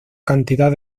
cantidad